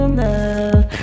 love